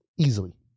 Easily